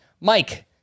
Mike